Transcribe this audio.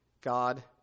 God